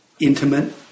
intimate